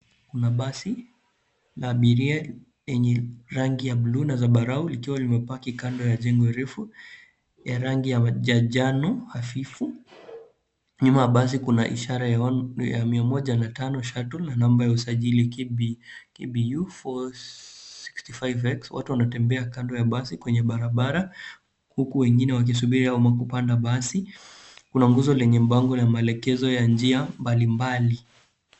Kuna basi la abiria enye rangi la bluu na sambarau likiwa limepaki kando ya jengo refu ya rangi ya njano hafifu. Nyuma basi kuna ishara ya mia moja na tano na namba ya usajili KBU 465X. Watu wanatembea kando ya basi kwenye barabara huku wengine wakisubiri ama kupanda basi. Kuna nguzo lenye bango maelekezo ya njia mbali mbali.